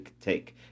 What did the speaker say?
take